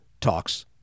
Talks